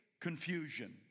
confusion